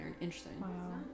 Interesting